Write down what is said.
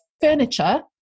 furniture